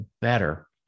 better